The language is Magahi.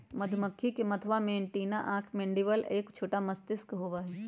मधुमक्खी के मथवा में एंटीना आंख मैंडीबल और एक छोटा मस्तिष्क होबा हई